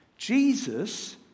Jesus